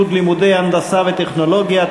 עידוד לימודי הנדסה וטכנולוגיה),